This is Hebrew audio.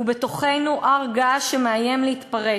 ובתוכנו הר-געש שמאיים להתפרץ.